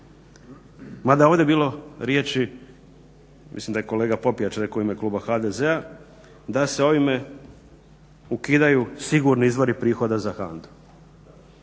mada je ovdje bilo riječi, mislim da je kolega Popijač rekao u ime kluba HDZ-a da se ovime ukidaju sigurni izvori prihoda za